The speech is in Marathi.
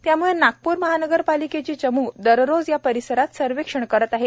त्याम्ळे नागप्र महानगरपालिकेची चमू दररोज या परिसरात सर्व्हेक्षण करीत आहे